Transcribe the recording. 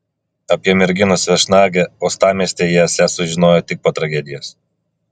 apie merginos viešnagę uostamiestyje jie esą sužinojo tik po tragedijos